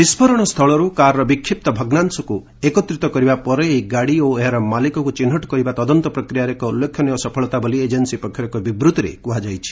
ବିସ୍ଫୋରଣସ୍ଥଳରୁ କାର୍ର ବିକ୍ଷିପ୍ତ ଭଗ୍ନାଂଶକୁ ଏକତ୍ରିତ କରିବା ପରେ ଏହି ଗାଡ଼ି ଓ ଏହାର ମାଲିକକୁ ଚିହ୍ନଟ କରିବା ତଦନ୍ତ ପ୍ରକ୍ରିୟାରେ ଏକ ଉଲ୍ଲ୍ଖେନୀୟ ସଫଳତା ବୋଲି ଏଜେନ୍ନୀ ପକ୍ଷରୁ ଏକ ବିବୃଭିରେ କୁହାଯାଇଛି